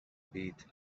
bit